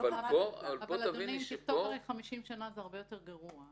אבל אם תכתוב 50 שנה זה הרבה יותר גרוע.